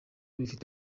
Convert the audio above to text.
bifite